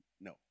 No